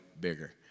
bigger